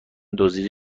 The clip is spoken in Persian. دزدیده